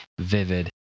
vivid